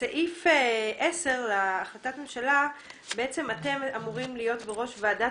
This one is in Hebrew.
בסעיף 10 להחלטת הממשלה אתם אמורים להיות בראש ועדת